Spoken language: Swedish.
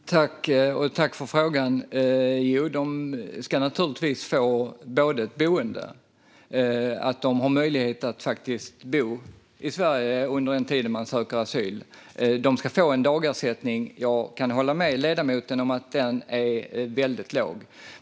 Fru talman! Jag tackar för frågan. Jo, asylsökande ska naturligtvis få både möjlighet att bo i Sverige under den tid de söker asyl och dagersättning. Jag kan hålla med ledamoten om att dagersättningen är väldigt låg.